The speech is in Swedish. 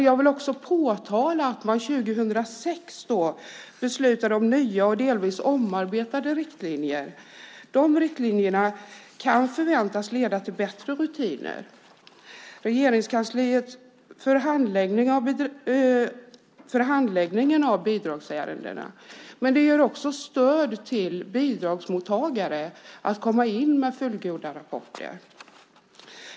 Jag vill också påtala att man 2006 beslutade om nya och delvis omarbetade riktlinjer. De riktlinjerna förväntas kunna leda till bättre rutiner hos Regeringskansliet för handläggning av bidragsärenden. De ger också stöd till bidragsmottagare att komma in med fullgoda rapporter.